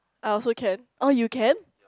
I also can oh you can